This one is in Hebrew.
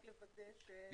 רק לוודא ש...